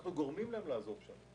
אנחנו גורמים להם לעזוב את המקום,